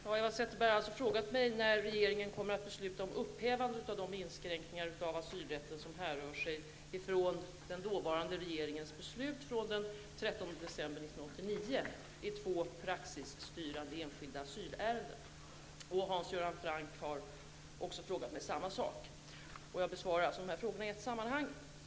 Herr talman! Eva Zetterberg har frågat mig när regeringen kommer att besluta om upphävande av de inskränkningar av asylrätten, som härrör sig från den dåvarande regeringens beslut från den 13 Hans Göran Franck har frågat mig samma sak. Jag besvarar frågorna i ett sammanhang.